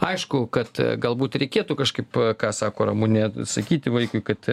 aišku kad galbūt reikėtų kažkaip ką sako ramunė sakyti vaikui kad